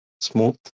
smooth